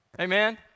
Amen